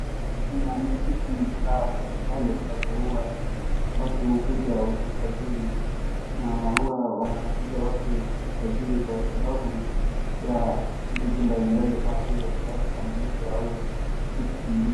Kuna ni ofisi za serikali ambapo huwa watu huja kujisajil,i na huwa watu wanakuja kujisajili kwa sababu ya vitu mbalimbali kama vitambulisho au vitu vingine.